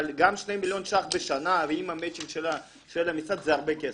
אבל גם שני מיליון ש"ח בשנה עם המצ'ינג של המשרד זה הרבה כסף.